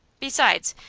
besides,